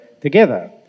together